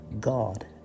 God